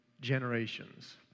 generations